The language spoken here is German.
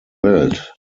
welt